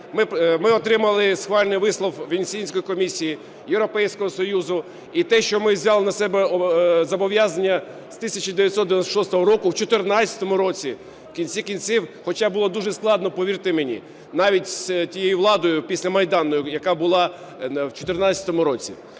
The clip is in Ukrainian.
Ми отримали схвальний висновок Венеційської комісії, Європейського Союзу. І те, що ми взяли на себе зобов'язання з 1996 року, в 14-му році, в кінці кінців, хоча було дуже складно, повірте мені, навіть з тією владою післямайданною, яка була в 14-му році,